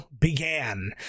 began